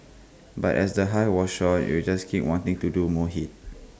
but as the high was short you just keep wanting to do more hits